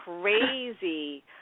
crazy